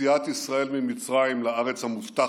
יציאת ישראל ממצרים לארץ המובטחת.